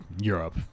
europe